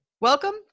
Welcome